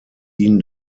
ihn